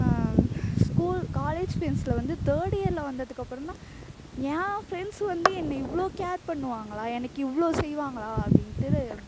school college ஃப்ரெண்ட்ஸில் வந்து third இயரில் வந்ததுக்கப்பறந்தான் என் ஃப்ரெண்ட்ஸு வந்து என்னை இவ்வளோ கேர் பண்ணுவாங்களா எனக்கு இவ்வளோ செய்வாங்களா அப்படின்ட்டு அது